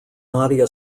nadia